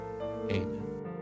Amen